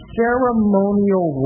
ceremonial